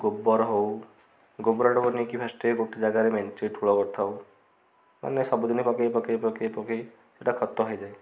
ଗୋବର ହଉ ଗୋବରଟାକୁ ନେଇକି ଫାଷ୍ଟେ ଗୋଟେ ଜାଗାରେ ମେଞ୍ଚେ ଠୁଳ କରିଥାଉ ମାନେ ସବୁଦିନ ପକେଇ ପକେଇ ପକେଇ ପକେଇ ସେଇଟା ଖତ ହେଇଯାଏ